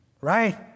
Right